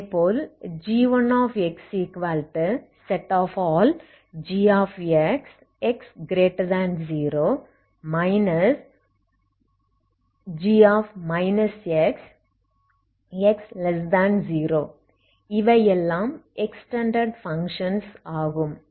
இதேபோல் g1xgx x0 g x x0 இவை எல்லாம் எக்ஸ்டெண்டட் பங்க்ஷன்ஸ் ஆகும்